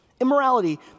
Immorality